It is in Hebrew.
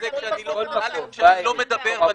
כשאני לא מדבר,